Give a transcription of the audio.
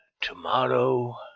tomorrow